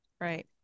right